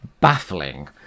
Baffling